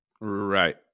Right